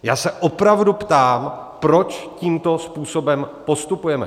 Já se opravdu ptám, proč tímto způsobem postupujeme.